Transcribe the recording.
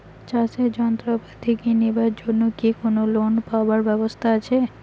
চাষের যন্ত্রপাতি কিনিবার জন্য কি কোনো লোন পাবার ব্যবস্থা আসে?